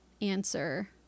answer